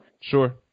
sure